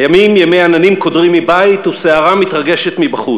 הימים ימי עננים קודרים מבית וסערה מתרגשת מבחוץ,